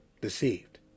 deceived